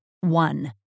one